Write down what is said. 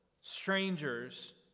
strangers